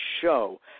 show